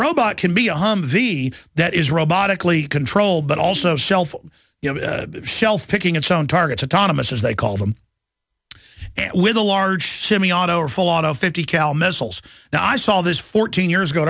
robot can be a humvee that is robotically control but also self self picking its own targets autonomy's as they call them with a large shimmy auto or full auto fifty cal missiles now i saw this fourteen years ago